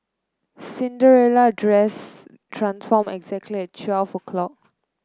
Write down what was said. Cinderella dress transformed exactly at twelve o'clock